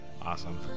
Awesome